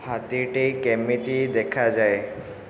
ହାତୀଟି କେମିତି ଦେଖାଯାଏ